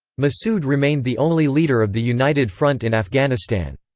massoud remained the only leader of the united front in afghanistan.